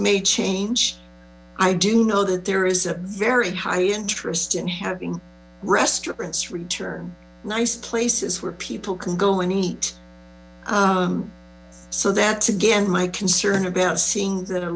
may change i do know that there is a very high interest in having restaurants return nice places where people can go and eat so that's again my concern about seeing that a